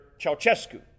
ceausescu